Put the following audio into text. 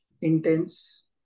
intense